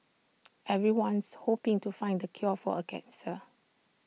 everyone's hoping to find the cure for A cancer